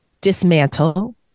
dismantle